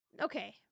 okay